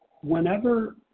whenever